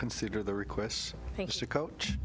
consider the requests thanks to coach